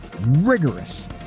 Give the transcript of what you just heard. rigorous